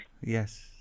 Yes